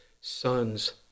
sons